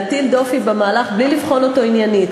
להטיל דופי במהלך בלי לבחון אותו עניינית,